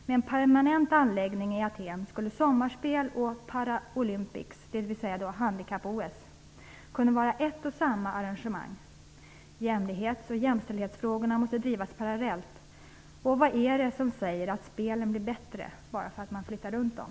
Med en permanent anläggning i Aten skulle sommarspel och Paralympics, dvs. handikapp-OS, kunna vara ett och samma arrangemang. Jämlikhetsoch jämställdhetsfrågorna måste drivas parallellt. Och vad är det som säger att spelen blir bättre bara för att man flyttar runt dem?